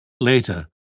Later